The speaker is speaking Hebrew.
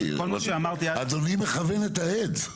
אדוני מכוון את העד.